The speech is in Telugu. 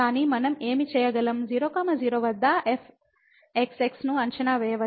కానీ మనం ఏమి చేయగలం 0 0 వద్ద fxx ను అంచనా వేయవచ్చు